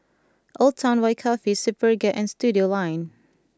Old Town White Coffee Superga and Studioline